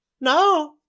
no